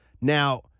Now